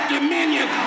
Dominion